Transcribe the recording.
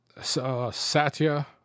Satya